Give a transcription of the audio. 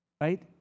right